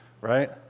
right